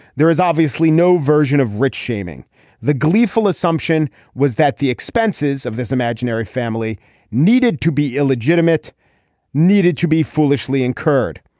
there is obviously no version of rich shaming the gleeful assumption was that the expenses of this imaginary family needed to be illegitimate needed to be foolishly incurred.